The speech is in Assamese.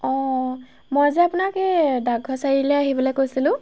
অঁ মই যে আপোনাক এই ডাকঘৰ চাৰিআলিলৈ আহিবলৈ কৈছিলোঁ